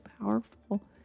powerful